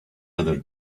other